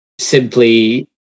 simply